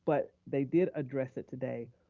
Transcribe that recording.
but they did address it today,